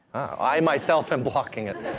i, myself, am blocking it.